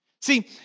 See